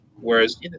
whereas